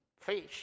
fish